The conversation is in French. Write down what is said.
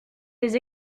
des